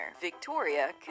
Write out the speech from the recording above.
Victoria